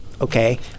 okay